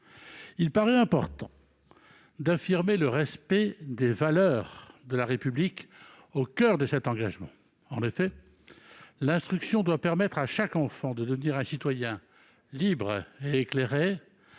Il paraît important d'affirmer le respect des valeurs de la République au coeur de cet engagement. En effet, l'instruction doit permettre à chaque enfant de devenir un citoyen libre et éclairé